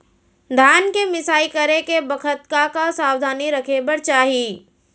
धान के मिसाई करे के बखत का का सावधानी रखें बर चाही?